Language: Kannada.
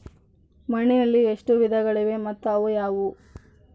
ಮಣ್ಣಿನಲ್ಲಿ ಎಷ್ಟು ವಿಧಗಳಿವೆ ಮತ್ತು ಅವು ಯಾವುವು?